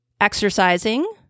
exercising